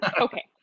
Okay